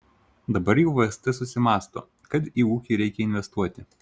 dabar jau vst susimąsto kad į ūkį reikia investuoti